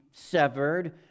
severed